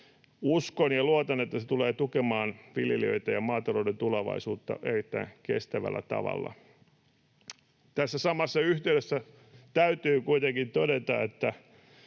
Uskon ja luotan, että se tulee tukemaan viljelijöitä ja maatalouden tulevaisuutta erittäin kestävällä tavalla. Tässä samassa yhteydessä täytyy kuitenkin todeta, että